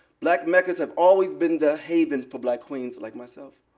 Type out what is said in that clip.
black meccas have always been the haven for black queens like myself.